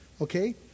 okay